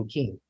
King